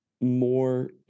more